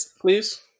please